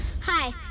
Hi